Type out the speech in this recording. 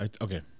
Okay